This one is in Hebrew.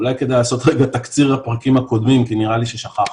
אולי כדאי לעשות רגע תקציר הפרקים הקודמים כי נראה לי ששכחנו.